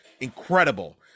incredible